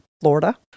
Florida